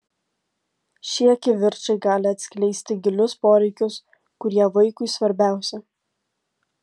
šie kivirčai gali atskleisti gilius poreikius kurie vaikui svarbiausi